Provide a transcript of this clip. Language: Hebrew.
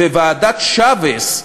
ועדת שייבס,